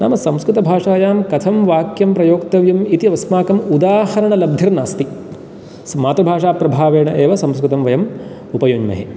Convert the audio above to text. नाम संस्कृतभाषायां कथं वाक्यं प्रयोक्तव्यम् इति अस्माकम् उदाहरणलब्धिर्नास्ति मातृभाषाप्रभावेण एव संस्कृतं वयम् उपयुञ्जमहे